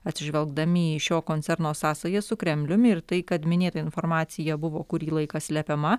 atsižvelgdami į šio koncerno sąsajas su kremliumi ir tai kad minėta informacija buvo kurį laiką slepiama